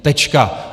Tečka.